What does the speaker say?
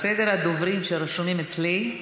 בסדר הדוברים שרשומים אצלי,